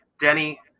Denny